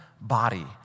body